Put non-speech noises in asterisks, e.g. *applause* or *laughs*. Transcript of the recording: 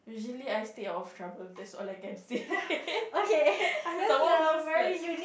usually I stay out of trouble that's all I can say *laughs* I'm someone who's like